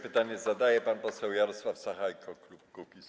Pytanie zadaje pan poseł Jarosław Sachajko, klub Kukiz’15.